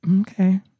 Okay